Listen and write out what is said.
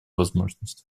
возможность